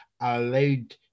allowed